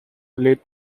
lead